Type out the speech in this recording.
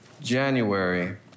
January